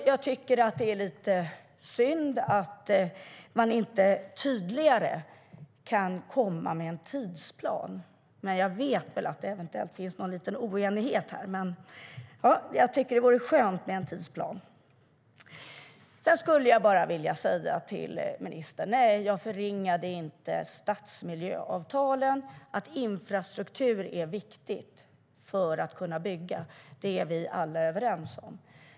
Jag tycker att det är synd att man inte tydligare kan komma med en tidsplan, men jag vet att det eventuellt finns någon liten oenighet här. Det vore skönt att få en tidsplan. Sedan skulle jag bara vilja säga till ministern: Nej, jag förringade inte stadsmiljöavtalen. Att infrastruktur är viktig för att man ska kunna bygga är vi alla överens om.